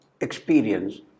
experience